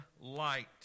light